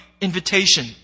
invitation